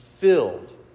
filled